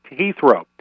Heathrow